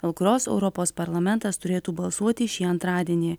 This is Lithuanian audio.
dėl kurios europos parlamentas turėtų balsuoti šį antradienį